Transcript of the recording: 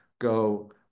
go